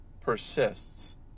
persists